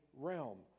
realm